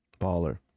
Baller